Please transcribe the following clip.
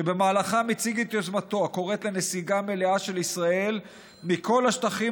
שבמהלכם הציג את יוזמתו הקוראת לנסיגה מלאה של ישראל מכל השטחים